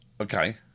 Okay